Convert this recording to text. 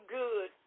good